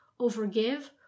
overgive